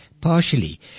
partially